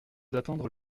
d’attendre